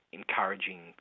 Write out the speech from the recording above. encouraging